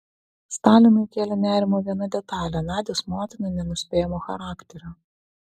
stalinui kėlė nerimą viena detalė nadios motina nenuspėjamo charakterio